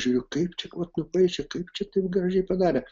žiūriu kaip čia vat nupaišė kaip čia taip gražiai padarė